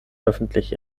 öffentlich